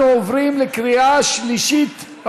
אנחנו עוברים להצבעה בקריאה שלישית על החוק,